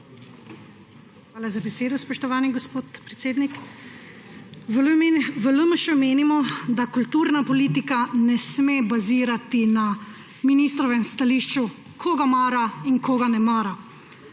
Hvala za besedo, spoštovani gospod predsednik. V LMŠ menimo, da kulturna politika ne sme bazirati na ministrovem stališču, koga mara in koga ne mara,